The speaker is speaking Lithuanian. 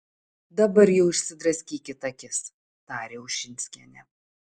dabar jau išsidraskykit akis tarė ušinskienė